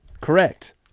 Correct